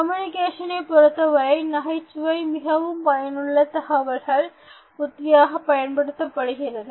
கம்யூனிகேஷனை பொறுத்தவரையில் நகைச்சுவை மிகவும் பயனுள்ள தகவல்தொடர்பு உத்தியாக பயன்படுத்தப்படுகிறது